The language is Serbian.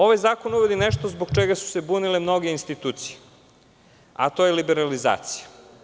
Ovaj zakon uvid nešto zbog čega su se bunile mnoge institucije, a to je liberalizacija.